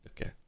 Okay